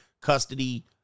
custody